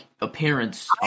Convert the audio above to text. appearance